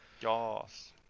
Yes